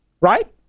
right